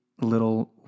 little